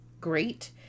great